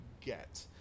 get